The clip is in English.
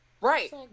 Right